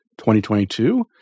2022